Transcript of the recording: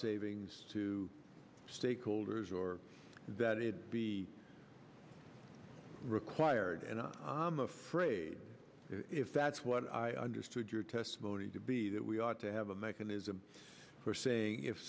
savings to stakeholders or that it be required and i'm afraid if that's what i understood your testimony to be that we ought to have a mechanism for saying if